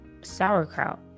sauerkraut